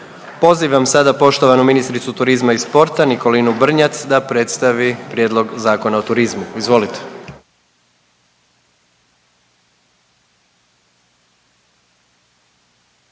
Pozivam sada poštovanu ministricu turizma i sporta Nikolinu Brnjac da predstavi prijedlog Zakona o turizmu. Izvolite.